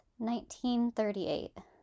1938